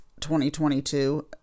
2022